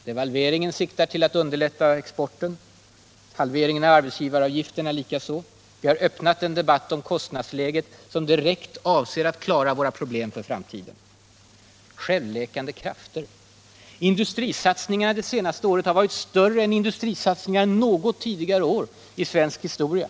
Devalveringen syftar till att underlätta exporten, halveringen av arbetsgivaravgiften likaså. Vi har öppnat en debatt om kostnadsläget, som direkt syftar till att klara våra problem för framtiden. ”Självläkande krafter”! Industrisatsningarna under det senaste året har varit större än industrisatsningarna något tidigare år i svensk historia.